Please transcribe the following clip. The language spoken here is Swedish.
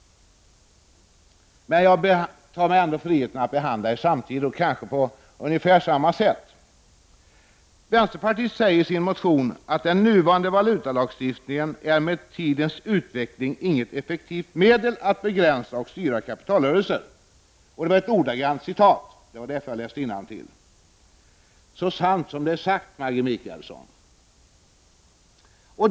Men jag tar mig ändå friheten att bemöta er samtidigt och på ungefär samma sätt. Vänsterpartiet säger i sin motion: ”Den nuvarande valutalagstiftningen är med tidens utveckling inget effektivt medel att begränsa och styra kapitalrörelser.” Det är så sant som det är sagt, Maggi Mikaelsson!